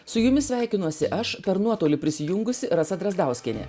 su jumis sveikinuosi aš per nuotolį prisijungusi rasa drazdauskienė